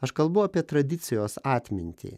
aš kalbu apie tradicijos atmintį